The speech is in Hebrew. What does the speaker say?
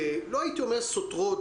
לא הייתי אומר סותרות,